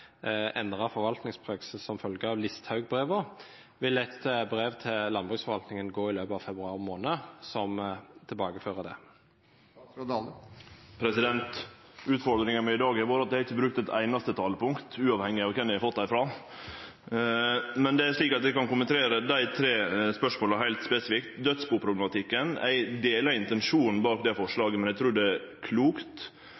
forvaltningspraksis, som følge av Listhaug-brevene. Vil det gå et brev til landbruksforvaltningen i løpet av februar måned som tilbakefører det? Utfordringa mi i dag har vore at eg ikkje har brukt eit einaste talepunkt, uavhengig av kven eg har fått dei frå. Men eg kan kommentere dei tre spørsmåla heilt spesifikt. Dødsbuproblematikken: Eg deler intensjonen bak det